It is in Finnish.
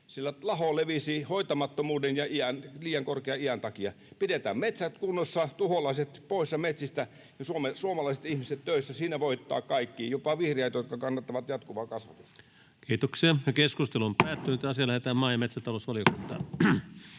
siellä levisi laho hoitamattomuuden ja liian korkean iän takia. Pidetään metsät kunnossa, tuholaiset poissa metsistä ja suomalaiset ihmiset töissä — siinä voittavat kaikki, jopa vihreät, jotka kannattavat jatkuvaa kasvatusta. [Speech 167] Speaker: Ensimmäinen varapuhemies Antti Rinne